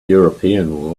european